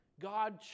God